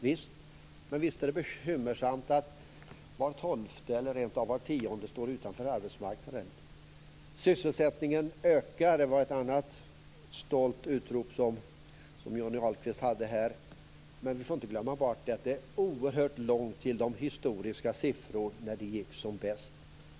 Visst, men visst är det bekymmersamt att var tolfte eller rentav var tionde står utanför arbetsmarknaden? Sysselsättningen ökar, var ett annat stolt utrop som Johnny Ahlqvist gjorde här, men vi får inte glömma bort att det är oerhört långt till de historiska siffror vi hade när det gick som bäst.